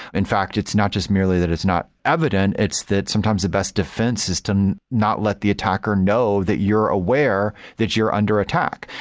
in fact, it's not just merely that it's not evident. it's that sometimes the best defense is to not let the attacker know that you're aware that you're under attack,